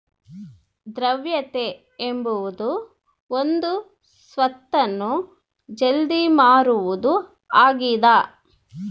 ದ್ರವ್ಯತೆ ಎಂಬುದು ಒಂದು ಸ್ವತ್ತನ್ನು ಜಲ್ದಿ ಮಾರುವುದು ಆಗಿದ